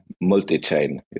multi-chain